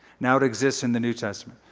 now it exists in the new testament.